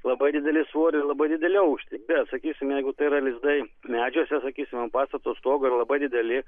labai didelį svorį ir labai didelį aukštį bet sakysim jeigu tai yra lizdai medžiuose sakysim pastato stogo ir labai dideli